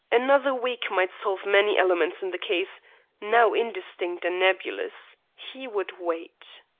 another week might solve many elements in the case now indistinct and nebulous. he would wait.